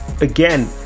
again